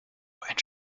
ein